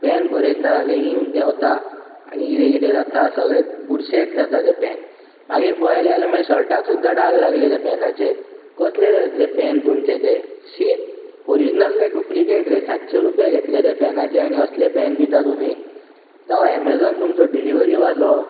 pan बरयतना सगळें ईंक देंवता आनी कितें कितें जाता सगळें बुरशेंत जाता तें पॅन मागीर पळयलें जाल्यार मा शर्टाक सुद्दां डाग लागले त्या पॅनाचे कसलें रे असलें पॅन तुमचें तें शी ओरिजनल कांय डुप्लिकेट रे सातशे रुपया घेतल्या त्या पॅनाचे आनी असलें पॅन दिता तुमी ते एमेजॉन तुमचो डिलिवरी वालो